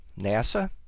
NASA